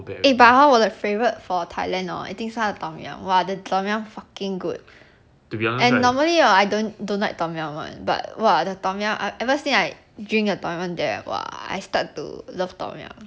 eh but hor 我的 favourite for thailand hor I think 是他的 tom yam !wah! the tom yum fucking good and normally hor I don't don't like tom yum [one] but !wah! the tom yum I've ever since I drink the tom yum there !wah! I start to love tom yum